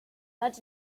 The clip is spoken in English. lead